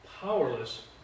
powerless